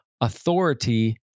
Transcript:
authority